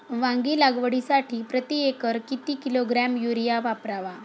वांगी लागवडीसाठी प्रती एकर किती किलोग्रॅम युरिया वापरावा?